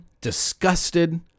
disgusted